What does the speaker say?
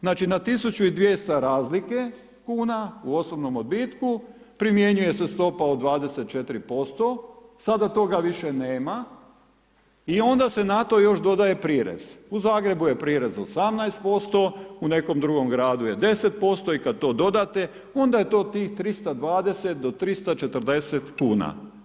Znači na 1.200 razlike kuna u osobnom odbitku primjenjuje se stopa od 24%, sada toga više nema i onda se na to još dodaje prirez, u Zagrebu je prirez 18% u nekom drugom gradu je 10% i kad to dodate onda je to tih 320 do tih 340 kuna.